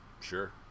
Sure